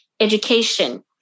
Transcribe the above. Education